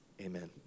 Amen